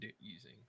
using